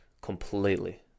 completely